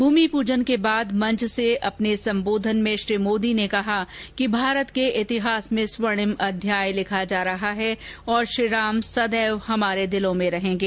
भूमि प्रजन के बाद मंच से संबोधन में श्री मोदी ने कहा कि भारत के इतिहास में स्वर्णिम अध्याय लिखा जा रहा है और श्रीराम सदैव हमारे दिलों में रहेंगे